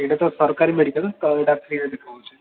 ଏଇଟା ତ ସରକାରୀ ମେଡ଼ିକାଲ ତ ଏଇଟା ଫ୍ରିରେ ବିକା ହେଉଛି